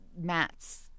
mats